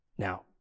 Now